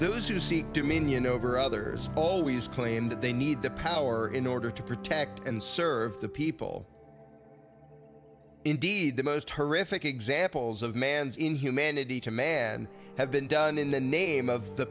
those who seek dominion over others ball wiese claim that they need the power in order to protect and serve the people indeed the most horrific examples of man's inhumanity to man have been done in the name of the